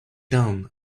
down